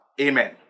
Amen